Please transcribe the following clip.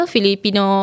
Filipino